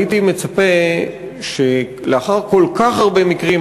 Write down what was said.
הייתי מצפה שלאחר כל כך הרבה מקרים,